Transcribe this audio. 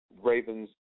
Ravens